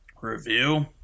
Review